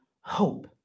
hope